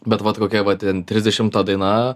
bet vat kokia va ten trisdešimta daina